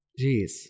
Jeez